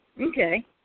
Okay